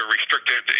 restricted